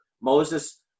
Moses